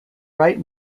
right